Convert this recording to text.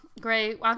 great